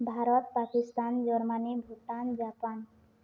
ଭାରତ ପାକିସ୍ତାନ ଜର୍ମାନୀ ଭୁଟାନ ଜାପାନ